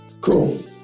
cool